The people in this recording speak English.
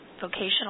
vocational